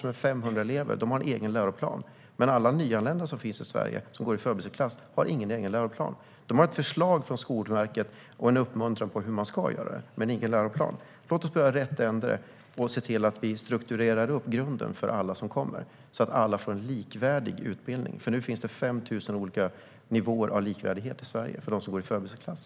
Vi har 500 samiska elever som har en egen läroplan, men alla nyanlända i Sverige som går i förberedelseklass har ingen egen läroplan. De har ett förslag från Skolverket och en uppmuntran till hur det ska göras, men de har ingen läroplan. Låt oss börja i rätt ände och se till att vi strukturerar upp grunden för alla som kommer, så att alla får en likvärdig utbildning! Nu finns det nämligen 5 000 olika nivåer av likvärdighet i Sverige för dem som går i förberedelseklass.